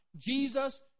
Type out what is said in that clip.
Jesus